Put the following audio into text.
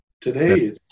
today